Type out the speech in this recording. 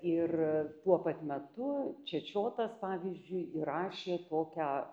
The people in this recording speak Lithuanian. ir tuo pat metu čečiotas pavyzdžiui įrašė tokią